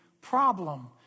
problem